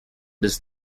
this